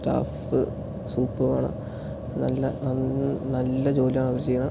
staff superb ആണ് നല്ല നല്ല ജോലി ആണ് അവർ ചെയ്യുന്നത്